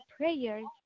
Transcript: prayers